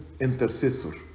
intercessor